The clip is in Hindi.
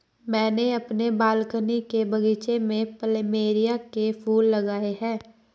मैंने अपने बालकनी के बगीचे में प्लमेरिया के फूल लगाए हैं